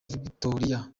victoria